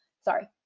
sorry